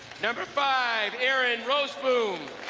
number five, erin rozeboom